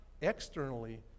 externally